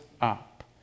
up